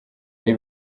ari